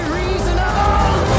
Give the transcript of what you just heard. reasonable